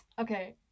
okay